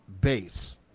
base